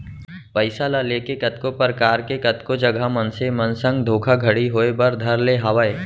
पइसा ल लेके कतको परकार के कतको जघा मनसे मन संग धोखाघड़ी होय बर धर ले हावय